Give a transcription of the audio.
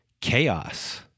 chaos